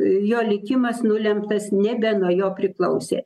jo likimas nulemtas nebe nuo jo priklausė